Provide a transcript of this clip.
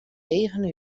eagen